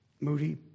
Moody